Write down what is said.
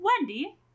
wendy